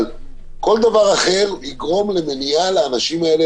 אבל כל דבר אחר יגרום למניעה לאנשים האלה